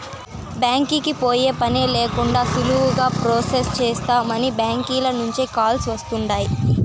బ్యాంకీకి పోయే పనే లేకండా సులువుగా ప్రొసెస్ చేస్తామని బ్యాంకీల నుంచే కాల్స్ వస్తుండాయ్